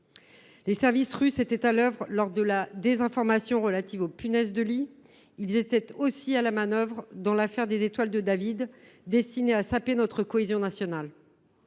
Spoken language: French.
Les services russes étaient à l’œuvre dans l’opération de désinformation relative aux punaises de lit ; ils étaient aussi à la manœuvre dans l’affaire des étoiles de David, destinée à saper notre cohésion nationale.